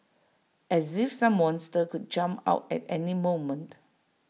as if some monster could jump out at any moment